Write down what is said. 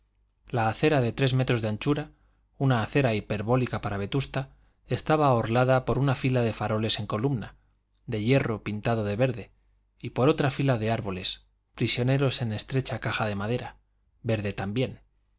la acera de tres metros de anchura una acera hiperbólica para vetusta estaba orlada por una fila de faroles en columna de hierro pintado de verde y por otra fila de árboles prisioneros en estrecha caja de madera verde también